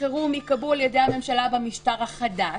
חירום ייקבעו על-ידי הממשלה במשטר החדש.